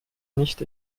nicht